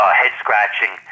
head-scratching